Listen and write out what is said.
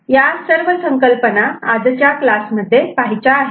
तर या सर्व संकल्पना आपल्याला आजच्या क्लासमध्ये पहायच्या आहेत